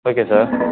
okay sir